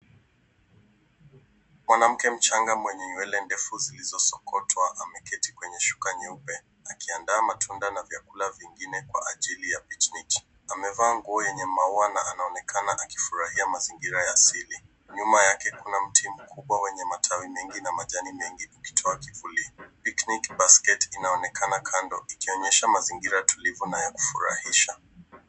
Mwanamke mchanga mwenye nywele ndefu zilizosokotwa ameketi kwenye shuka nyeupe, akiandaa matunda na vyakula vingine kwa ajili ya pikniki. Amevaa nguo yenye maua na anaonekana akifurahia mazingira ya asili. Nyuma yake kuna mti mkubwa wenye matawi mengi na majani mengi ukitoa kivuli. Picnic basket inaonekana kando, ikionyesha mazingira tulivu na ya kufurahisha.